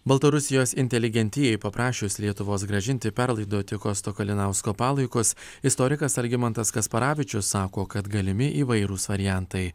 baltarusijos inteligentijai paprašius lietuvos grąžinti perlaidoti kosto kalinausko palaikus istorikas algimantas kasparavičius sako kad galimi įvairūs variantai